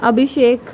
Abhishek